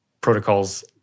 protocols